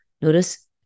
notice